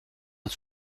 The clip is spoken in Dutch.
het